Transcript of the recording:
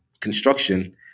construction